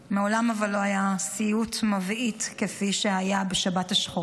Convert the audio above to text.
אבל מעולם לא היה סיוט מבעית כפי שהיה בשבת השחורה.